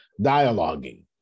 dialoguing